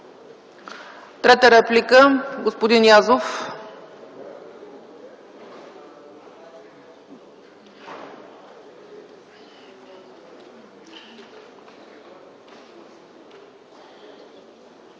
трета реплика – господин Язов.